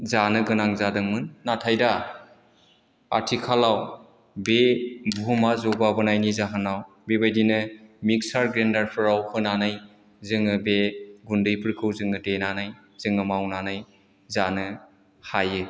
जानो गोनां जादोंमोन नाथाय दा आथिखालाव बे बुहुमा जौगाबोनायनि जाहोनाव बेबायदिनो मिक्सार ग्राइन्डारफ्राव होनानै जोङो बे गुन्दैफोरखौ जोङो देनानै जोङो मावनानै जानो हायो